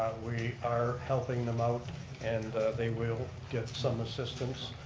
we are helping them out and they will get some assistance,